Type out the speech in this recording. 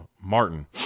Martin